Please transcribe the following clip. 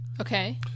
Okay